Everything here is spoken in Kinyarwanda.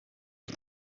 ari